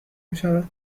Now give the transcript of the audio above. میشود